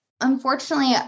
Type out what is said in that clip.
unfortunately